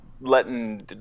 letting